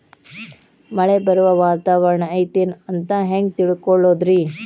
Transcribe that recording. ಮಳೆ ಬರುವ ವಾತಾವರಣ ಐತೇನು ಅಂತ ಹೆಂಗ್ ತಿಳುಕೊಳ್ಳೋದು ರಿ?